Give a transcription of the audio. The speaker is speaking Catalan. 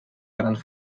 grans